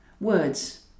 Words